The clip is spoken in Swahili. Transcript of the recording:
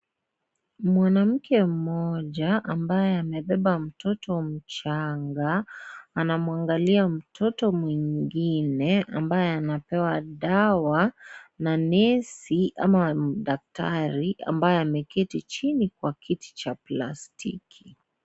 Mwanamke mmoja ambaye amebeba mtoto mchanga anamwangalia mtoto mwingine ambaye anapewa dawa na nesi ama daktari ambaye ameketi chini kwa kiti cha plastiki.